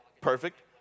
Perfect